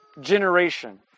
generation